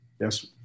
Yes